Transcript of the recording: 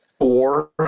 Four